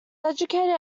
educated